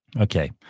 Okay